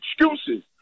excuses